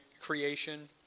creation